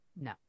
no